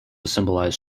symbolize